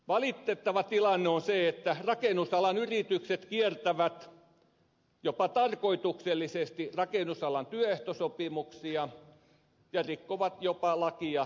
valitettava tilanne on se että rakennusalan yritykset kiertävät jopa tarkoituksellisesti rakennusalan työehtosopimuksia ja rikkovat jopa lakia kustannusten takia